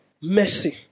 Mercy